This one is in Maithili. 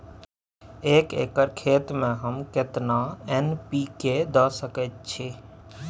एक एकर खेत में हम केतना एन.पी.के द सकेत छी?